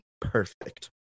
perfect